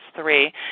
three